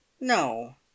no